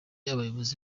abayobozi